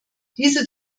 diese